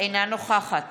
אינה נוכחת